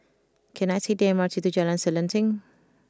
can I take the M R T to Jalan Selanting